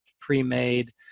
pre-made